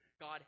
God